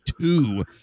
two